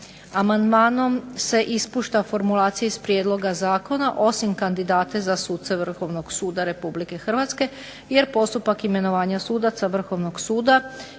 Amandmanom se ispušta formulacija iz prijedloga zakona osim kandidata za suce Vrhovnog suda Republike Hrvatske jer postupak imenovanja sudaca Vrhovnog suda